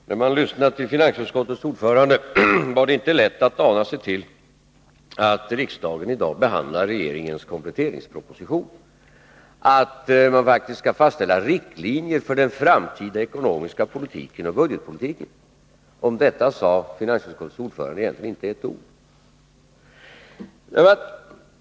Herr talman! När man lyssnade till finansutskottets ordförande var det inte lätt att ana sig till att riksdagen i dag behandlar regeringens kompletteringsproposition och att vi skall fastställa riktlinjer för den framtida ekonomiska politiken och budgetpolitiken. Om detta sade finansutskottets ordförande egentligen inte ett ord.